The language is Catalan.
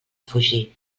fugir